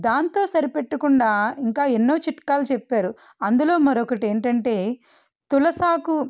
దాంతో సరిపెట్టకుండా ఇంకా ఎన్నో చిట్కాలు చెప్తారు అందులో మరొకటి ఏంటంటే తులసి ఆకు